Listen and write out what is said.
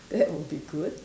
that would be good